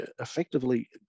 effectively